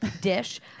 dish